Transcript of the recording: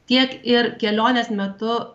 tiek ir kelionės metu